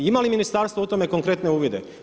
Ima li ministarstvo u tome konkretne uvide?